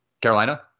Carolina